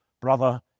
brother